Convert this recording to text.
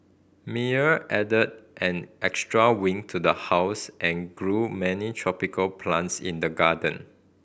Meyer added an extra wing to the house and grew many tropical plants in the garden